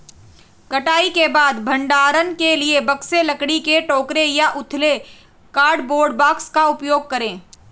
कटाई के बाद भंडारण के लिए बक्से, लकड़ी के टोकरे या उथले कार्डबोर्ड बॉक्स का उपयोग करे